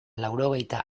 laurogeita